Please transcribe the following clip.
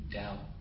doubt